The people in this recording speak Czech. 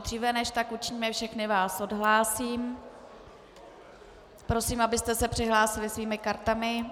Dříve než tak učiním, všechny vás odhlásím, prosím, abyste se přihlásili svými kartami.